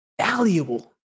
valuable